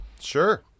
sure